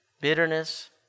bitterness